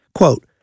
Quote